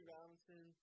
Robinson